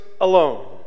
alone